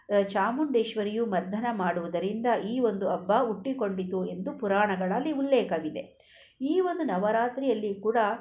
ಚಾಮುಂಡೇಶ್ವರಿಯು ಮರ್ದನ ಮಾಡುವುದರಿಂದ ಈ ಒಂದು ಅಬ್ಬ ಹುಟ್ಟಿಕೊಂಡಿತು ಎಂದು ಪುರಾಣಗಳಲ್ಲಿ ಉಲ್ಲೇಖವಿದೆ ಈ ಒಂದು ನವರಾತ್ರಿಯಲ್ಲಿ ಕೂಡ